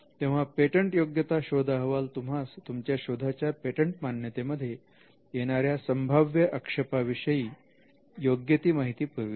तेव्हा पेटंटयोग्यता शोध अहवाल तुम्हास तुमच्या शोधाच्या पेटंट मान्यतेमध्ये येणाऱ्या संभाव्य अक्षेपा विषयी योग्य ती माहिती पुरविते